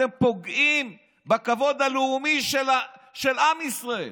אתם פוגעים בכבוד הלאומי של עם ישראל.